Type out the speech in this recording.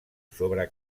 sobre